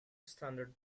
standard